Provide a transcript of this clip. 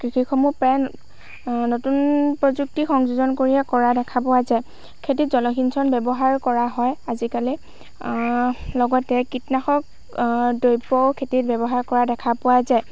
কৃষিসমূহ প্ৰায় নতুন প্ৰযুক্তি সংযোজন কৰিহে কৰা দেখা পোৱা যায় খেতিত জলসিঞ্চন ব্যৱহাৰ কৰা হয় আজিকালি লগতে কীটনাশক দ্ৰৱও খেতিত ব্যৱহাৰ কৰা দেখা পোৱা যায়